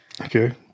Okay